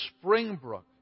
Springbrook